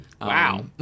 Wow